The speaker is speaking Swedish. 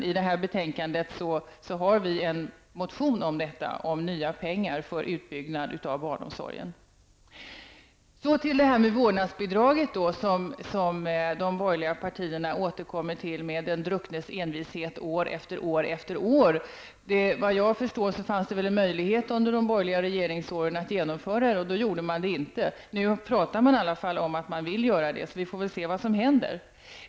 Till detta betänkande har vi en motion om nya pengar för utbyggnad av barnomsorgen. De borgerliga partierna återkommer till detta med vårdnadsbidraget med den drucknes envishet år efter år. Vad jag förstår fanns en möjlighet under de borgerliga regeringsåren att genomföra detta, men då gjorde man det inte. Nu pratar man i alla fall att man vill göra det, så vi får väl se vad som händer.